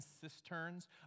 cisterns